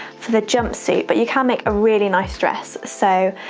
for the jumpsuit, but you can make a really nice dress. so,